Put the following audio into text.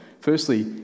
Firstly